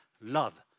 love